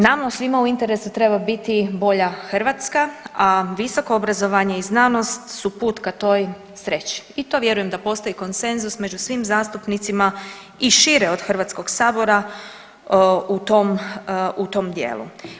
Nama svima u interesu treba biti bolja Hrvatska, a visoko obrazovanje i znanost su put ka toj sreći i to vjerujem da postoji konsenzus među svim zastupnicima i šire od HS-a, u tom dijelu.